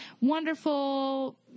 wonderful